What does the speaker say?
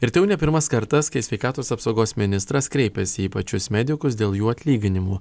ir tai jau ne pirmas kartas kai sveikatos apsaugos ministras kreipėsi į pačius medikus dėl jų atlyginimų